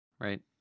Right